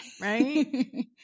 right